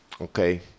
Okay